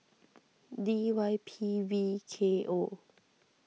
D Y P V K O